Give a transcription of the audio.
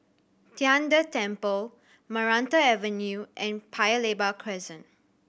Tian De Temple Maranta Avenue and Paya Lebar Crescent